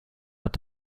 hat